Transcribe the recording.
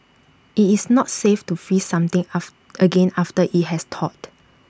IT is not safe to freeze something again after IT has thawed